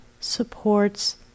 supports